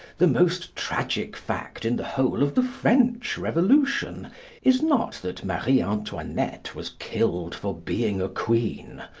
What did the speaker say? the most tragic fact in the whole of the french revolution is not that marie antoinette was killed for being a queen,